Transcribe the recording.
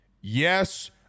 Yes